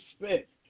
respect